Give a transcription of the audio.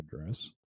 address